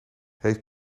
heeft